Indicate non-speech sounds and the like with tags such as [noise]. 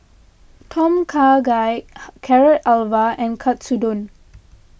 Tom Kha Gai [unintelligible] Carrot Halwa and Katsudon